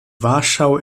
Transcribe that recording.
warschau